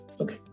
Okay